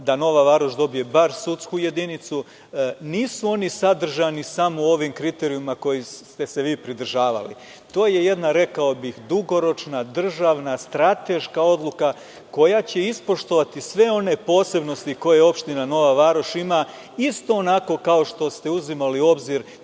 da Nova Varoš dobije bar sudsku jedinicu. Nisu oni sadržani samo u ovim kriterijumima kojih ste se vi pridržavali. To je jedna, rekao bih dugoročna državna strateška odluka, koja će ispoštovati sve one posebnosti koje opština Nova Varoš ima isto onako kao što ste uzimali u obzir